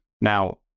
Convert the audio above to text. Now